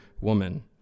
woman